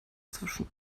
zwischen